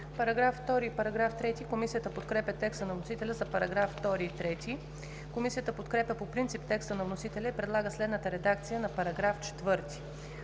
ЕВГЕНИЯ АНГЕЛОВА: Комисията подкрепя текста на вносителя за параграфи 2 и 3. Комисията подкрепя по принцип текста на вносителя и предлага следната редакция на § 4.